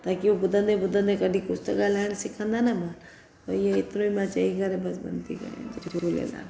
ताकी उहो ॿुधंदे ॿुधंदे कॾहिं कुझु त ॻाल्हायणु सिखंदा न ॿार पोइ इहो एतिरो ई मां चई करे बसि बंदि थी कयां जय झूलेलाल